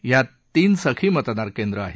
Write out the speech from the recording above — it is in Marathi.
यात तीन सखी मतदान केंद्र आहेत